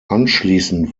anschließend